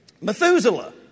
Methuselah